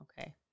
okay